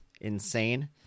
insane